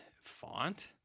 font